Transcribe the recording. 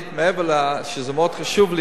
מעבר למה שמאוד חשוב לי,